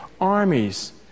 armies